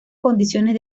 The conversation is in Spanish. condiciones